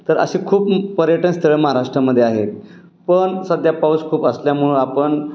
तर असे खूप पर्यटन स्थळं महाराष्ट्रामध्ये आहेत पण सध्या पाऊस खूप असल्यामुळं आपण